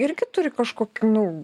irgi turi kažkokių nu